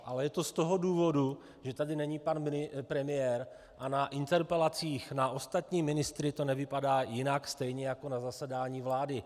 Ale je to z toho důvodu, že tady není pan premiér a na interpelacích na ostatní ministry to nevypadá jinak, stejně jako na zasedání vlády.